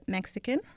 Mexican